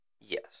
Yes